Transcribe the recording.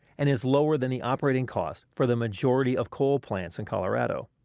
and is lower than the operating cost for the majority of coal plants in colorado.